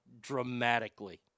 dramatically